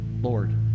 Lord